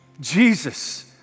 Jesus